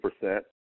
percent